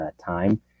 time